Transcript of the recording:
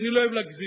אני לא אוהב להגזים.